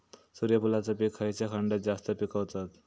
सूर्यफूलाचा पीक खयच्या खंडात जास्त पिकवतत?